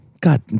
God